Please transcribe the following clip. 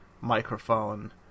microphone